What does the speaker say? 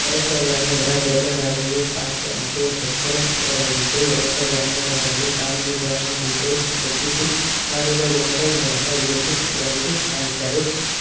ಎರಡು ಸಾವಿರದ ಹನ್ನೊಂದರ ಥ್ರಿಲ್ಲರ್ ಆದ ಯೇ ಫಾಸ್ಲೇ ಆಕೆಯ ಚೊಚ್ಚಲ ಚಿತ್ರವಾಗಿದ್ದು ಎರಡು ಸಾವಿರದ ಹನ್ನೆರಡರಲ್ಲಿ comedy drama The Best Exotic Marigold Hotel ಮೂಲಕ ವಿದೇಶಿ ಚಿತ್ರರಂಗಕ್ಕೆ ಕಾಲಿಟ್ಟರು